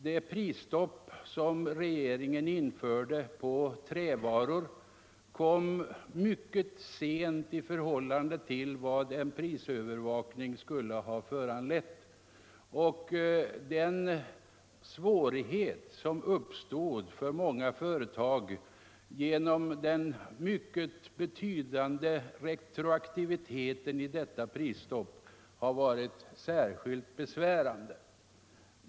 Det prisstopp som regeringen införde på trävaror kom mycket sent i förhållande till vad en prisövervakning skulle ha föranlett. Den svårighet som uppstod för många företagare genom den mycket betydande retroaktiviteten i detta prisstopp har varit särskilt besvärande.